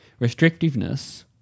restrictiveness